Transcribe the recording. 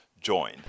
join